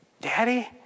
Daddy